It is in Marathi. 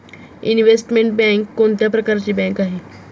इनव्हेस्टमेंट बँक कोणत्या प्रकारची बँक आहे?